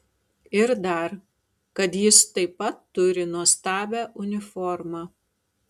ir dar kad jis taip pat turi nuostabią uniformą